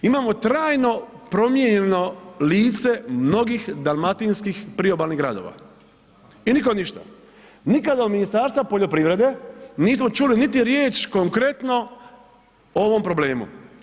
Imamo trajno promijenjeno lice mnogih dalmatinskih priobalnih gradova i nikom ništa, nikada od Ministarstva poljoprivrede nismo čuli niti riječ o ovom problemu.